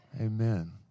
Amen